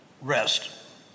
rest